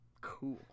cool